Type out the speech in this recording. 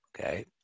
Okay